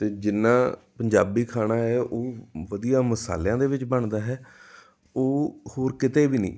ਅਤੇ ਜਿੰਨਾ ਪੰਜਾਬੀ ਖਾਣਾ ਹੈ ਉਹ ਵਧੀਆ ਮਸਾਲਿਆਂ ਦੇ ਵਿੱਚ ਬਣਦਾ ਹੈ ਉਹ ਹੋਰ ਕਿਤੇ ਵੀ ਨਹੀਂ